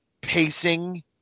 pacing